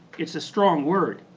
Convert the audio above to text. it's a strong word,